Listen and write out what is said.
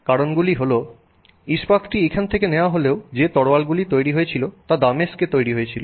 কারণগুলি হল ইস্পাতটি এখান থেকে নেওয়া হলেও যে তরোয়ালগুলি তৈরি হয়েছিল তা দামেস্কে তৈরি হয়েছিল